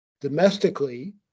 domestically